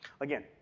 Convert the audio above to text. Again